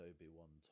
Obi-Wan